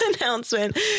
announcement